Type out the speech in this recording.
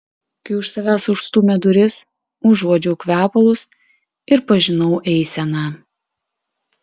kai už savęs užstūmė duris užuodžiau kvepalus ir pažinau eiseną